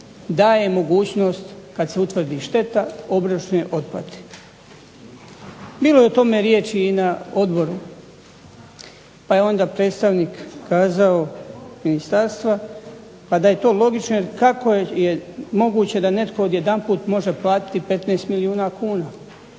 daje mogućnost kada se utvrdi šteta obročne otplate. Bilo je o tome riječi i na odboru pa je onda predstavnik kazao ministarstva, pa da je to logično jer kako je moguće da netko odjedanput može platiti 15 milijuna kuna.